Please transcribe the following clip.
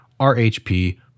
RHP